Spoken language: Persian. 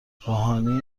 روحانی